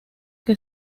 que